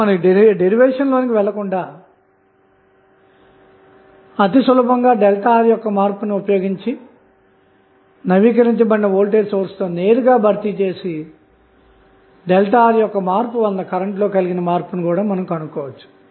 కాబట్టి ఉత్పన్నం లోనికి వెళ్లకుండా మీరు అతి సులభంగా ΔR యొక్క మార్పు ని ఉపయోగించి నవీకరించబడిన వోల్టేజ్ సోర్స్ తో నేరుగా భర్తీ చేసి ΔR యొక్క మార్పు వలన కరెంటు లో కలిగిన మార్పును కనుగొనవచ్చు